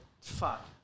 Fuck